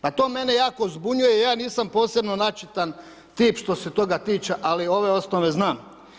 Pa to mene jako zbunjuje i ja nisam posebno načitan tip što se toga tiče ali ove osnove znam.